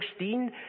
16